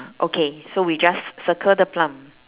okay so we just circle the plum